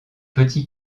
petit